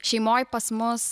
šeimoj pas mus